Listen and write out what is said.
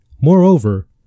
Moreover